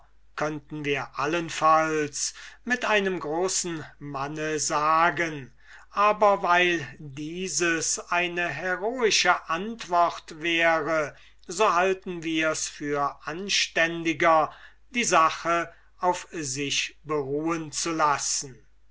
könnten wir allenfalls mit einem großen manne sagen aber weil dieses offenbar eine heroische antwort wäre so halten wirs für anständiger die sache lediglich auf sich beruhen zu lassen